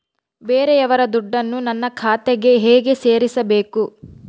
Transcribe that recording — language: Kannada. ಬೇರೆಯವರ ದುಡ್ಡನ್ನು ನನ್ನ ಖಾತೆಗೆ ಹೇಗೆ ಸೇರಿಸಬೇಕು?